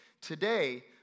today